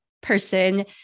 person